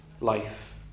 life